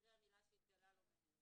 אחרי המילה "שהתגלה לו בעניין".